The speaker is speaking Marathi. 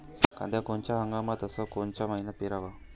कांद्या कोनच्या हंगामात अस कोनच्या मईन्यात पेरावं?